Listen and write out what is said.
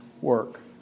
work